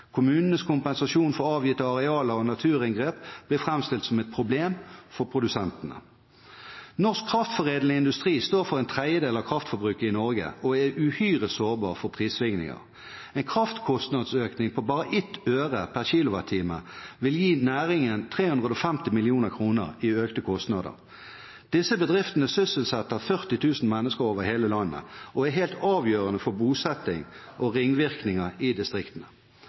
Kommunenes kompensasjon for avgitte arealer og naturinngrep blir framstilt som et problem for produsentene. Norsk kraftforedlende industri står for en tredjedel av kraftforbruket i Norge og er uhyre sårbar for prisstigninger. En kraftkostnadsøkning på bare ett øre per kWh vil gi næringen 350 mill. kr i økte kostnader. Disse bedriftene sysselsetter 40 000 mennesker over hele landet og er helt avgjørende for bosetting og ringvirkninger i distriktene.